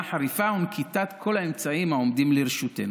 חריפה ונקיטת כל האמצעים העומדים לרשותנו.